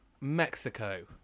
mexico